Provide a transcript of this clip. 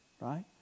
right